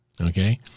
Okay